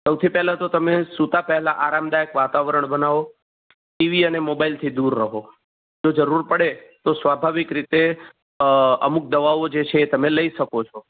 સૌથી પહેલા તો તમે સૂતા પહેલા આરામદાયક વાતાવરણ બનાવો ટીવી અને મોબાઈલથી દૂર રહો જો જરૂર પડે તો સ્વાભાવિક રીતે અમુક દવાઓ જે છે એ તમે લઈ શકો છો